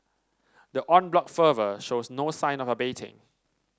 the en bloc fervour shows no sign of abating